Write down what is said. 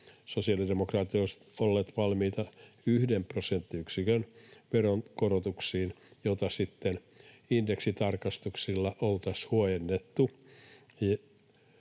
Sosiaalidemokraatit olisivat olleet valmiita yhden prosenttiyksikön veronkorotukseen, jota sitten indeksitarkastuksilla oltaisiin huojennettu